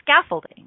scaffolding